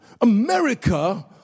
America